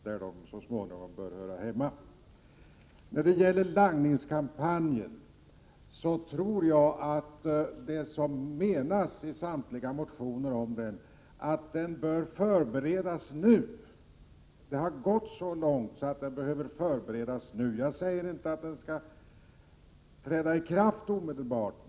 När det gäller kampanjen mot langning tror jag att det som man menar i samtliga motioner är att den bör förberedas nu. Det har gått tillräckligt lång tid. Jag säger däremot inte att den omedelbart skall sätta i gång.